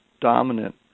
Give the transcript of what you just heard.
dominant